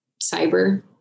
cyber